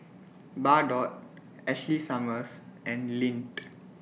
Bardot Ashley Summers and Lindt